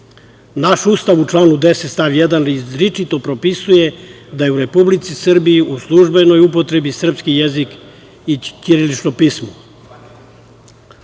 Naš Ustav u članu 10. stav 1. izričito propisuje da je u Republici Srbiji u službenoj upotrebi srpski jezik i ćirilično pismo.